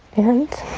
and